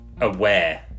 aware